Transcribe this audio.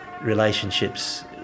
relationships